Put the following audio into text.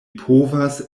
povas